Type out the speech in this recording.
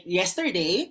yesterday